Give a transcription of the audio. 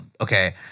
Okay